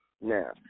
Now